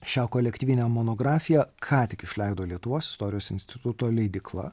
šią kolektyvinę monografiją ką tik išleido lietuvos istorijos instituto leidykla